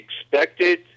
expected